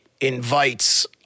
invites